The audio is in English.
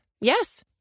Yes